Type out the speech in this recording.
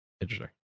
interesting